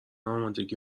آمادگی